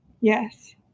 yes